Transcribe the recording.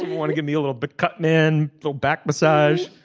want to give me a little bit cut man low back massage